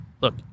look